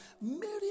Mary